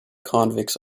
convicts